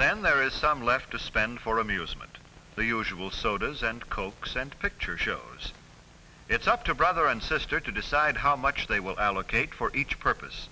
then there is some left to spend for amusement the usual sodas and cokes and picture shows it's up to brother and sister to decide how much they will allocate for each purpose